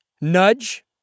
nudge